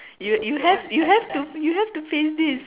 you you have to you have to face this